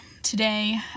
today